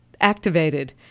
activated